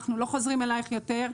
אנחנו לא חוזרים אלייך יותר,